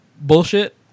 bullshit